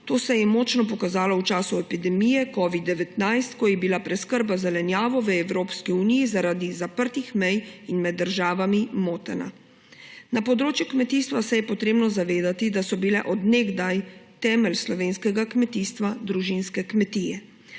To se je močno pokazalo v času epidemije covida-19, ko je bila preskrba z zelenjavo v Evropski uniji zaradi zaprtih mej med državami motena. Na področju kmetijstva se je potrebno zavedati, da so bile od nekdaj temelj slovenskega kmetijstva družinske kmetije.